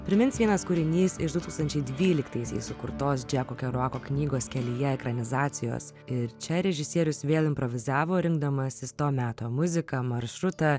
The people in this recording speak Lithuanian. primins vienas kūrinys iš du tūkstančiai dvyliktaisiais sukurtos džeko keruako knygos kelyje ekranizacijos ir čia režisierius vėl improvizavo rinkdamasis to meto muziką maršrutą